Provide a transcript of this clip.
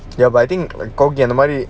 ya but I think like corgi அந்தமாதிரி:antha mathiri